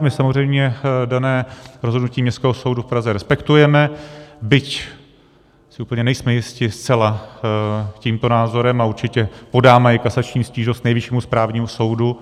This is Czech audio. My samozřejmě dané rozhodnutí Městského soudu v Praze respektujeme, byť si úplně nejsme jisti zcela tímto názorem a určitě podáme i kasační stížnost k Nejvyššímu správnímu soudu.